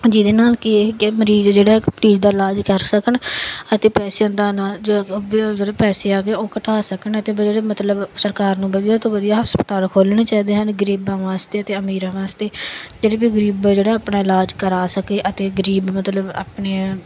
ਜਿਹਦੇ ਨਾਲ ਕਿ ਇਹ ਮਰੀਜ਼ ਜਿਹੜਾ ਇੱਕ ਮਰੀਜ਼ ਦਾ ਇਲਾਜ ਕਰ ਸਕਣ ਅਤੇ ਪੈਸਿਆਂ ਦਾ ਨਾ ਜਦੋਂ ਵੀ ਉਹ ਜਿਹੜੇ ਪੈਸੇ ਆ ਗਏ ਉਹ ਘਟਾ ਸਕਣ ਅਤੇ ਵੀ ਜਿਹੜੇ ਮਤਲਬ ਸਰਕਾਰ ਨੂੰ ਵਧੀਆ ਤੋਂ ਵਧੀਆ ਹਸਪਤਾਲ ਖੋਲ੍ਹਣੇ ਚਾਹੀਦੇ ਹਨ ਗਰੀਬਾਂ ਵਾਸਤੇ ਅਤੇ ਅਮੀਰਾਂ ਵਾਸਤੇ ਜਿਹੜੀ ਵੀ ਗਰੀਬ ਜਿਹੜਾ ਆਪਣਾ ਇਲਾਜ ਕਰਾ ਸਕੇ ਅਤੇ ਗਰੀਬ ਮਤਲਬ ਆਪਣੇ